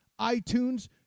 iTunes